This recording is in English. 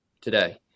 today